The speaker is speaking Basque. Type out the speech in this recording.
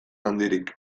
handirik